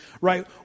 right